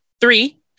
Three